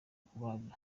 kubaga